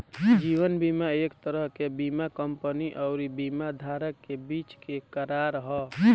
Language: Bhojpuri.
जीवन बीमा एक तरह के बीमा कंपनी अउरी बीमा धारक के बीच के करार ह